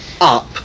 up